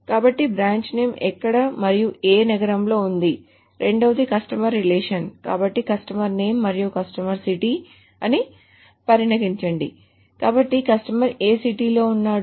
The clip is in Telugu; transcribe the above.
కాబట్టి బ్రాంచ్ నేమ్ ఎక్కడ మరియు ఏ నగరంలో ఉంది రెండవది కస్టమర్ రిలేషన్ కాబట్టి కస్టమర్ నేమ్ మరియు కస్టమర్ సిటీ అని పరిగణించండి కాబట్టి కస్టమర్ ఏ సిటీ లో ఉన్నాడు